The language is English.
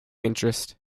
interest